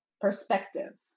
perspective